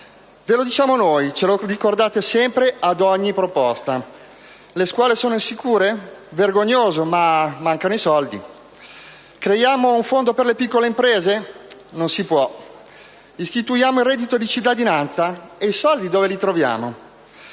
Ve lo diciamo noi; ce lo ricordate sempre ad ogni proposta. Le scuole sono insicure? Vergognoso, ma mancano i soldi. Creiamo un fondo per le piccole imprese? Non si può. Istituiamo il reddito di cittadinanza? E i soldi dove li troviamo?